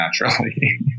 naturally